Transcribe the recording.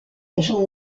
j’en